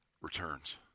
returns